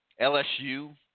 LSU